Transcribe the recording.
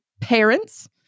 parents